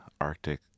arctic